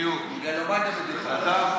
מגלומניה בתפארתה.